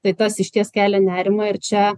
tai tas išties kelia nerimą ir čia